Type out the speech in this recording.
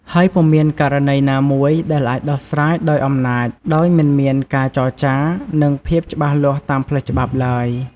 ហើយពុំមានករណីណាមួយដែលអាចដោះស្រាយដោយអំណាច ដោយមិនមានការចរចា និងភាពច្បាស់លាស់តាមផ្លូវច្បាប់ឡើយ។